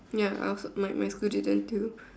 ya I my my school did that too